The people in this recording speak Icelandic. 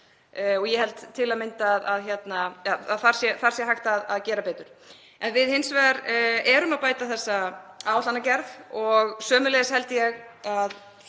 Ég held til að mynda að þar sé hægt að gera betur. En við hins vegar erum að bæta þessa áætlanagerð og sömuleiðis held ég að